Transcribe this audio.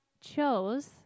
chose